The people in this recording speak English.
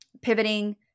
pivoting